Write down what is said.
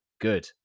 good